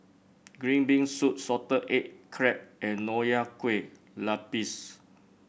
Green Bean Soup Salted Egg Crab and Nonya Kueh Lapis